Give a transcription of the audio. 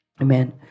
Amen